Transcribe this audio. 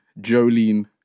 Jolene